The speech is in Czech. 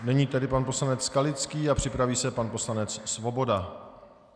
Nyní tedy pan poslanec Skalický a připraví se pan poslanec Svoboda.